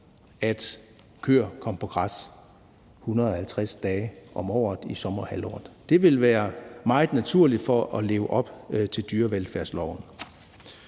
at køer kom på græs 150 dage om året i sommerhalvåret. Det ville være meget naturligt for at leve op til dyrevelfærdsloven.